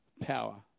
power